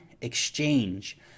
exchange